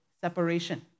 separation